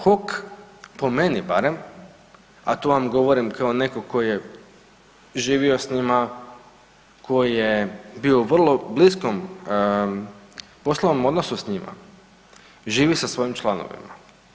HOK po meni barem, a to vam govorim kao netko tko je živio s njima, tko je bio u vrlo bliskom poslovnom odnosu sa njima, živi sa svojim članovima.